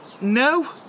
no